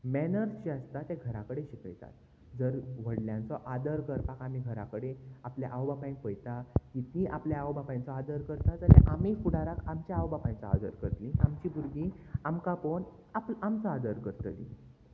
manners जे आसता तें घरा कडेन शिकयतात जर व्हडल्यांचो आदर करपाक आमी घरा कडेन आपल्या आवय बापायन पयता कितेंय आपल्या आवय बापायचो आदर करता जाल्यार आमी फुडाराक आमच्या आवय बापायचो आदर करतली आमची भुरगीं आमकां पोवन आप आमचो आदर करतली